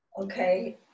Okay